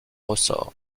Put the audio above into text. ressort